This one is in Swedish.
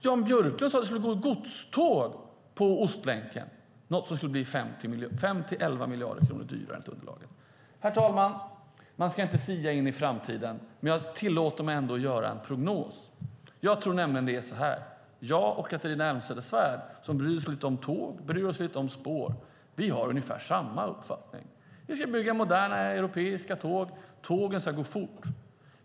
Jan Björklund sade att det skulle gå godståg på Ostlänken, vilket skulle bli 5-11 miljarder kronor dyrare enligt underlaget. Herr talman! Man ska inte sia om framtiden, men jag tillåter mig ändå att göra en prognos. Jag tror nämligen att det är så här: Jag och Catharina Elmsäter-Svärd, som bryr oss lite om tåg och spår, har ungefär samma uppfattning. Vi ska bygga moderna, europeiska tåg, och tågen ska gå fort.